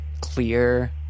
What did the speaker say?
clear